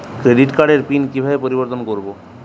Credit কার্ডের PIN কিভাবে পরিবর্তন করবো?